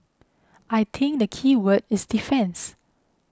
I think the keyword is defence